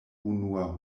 unua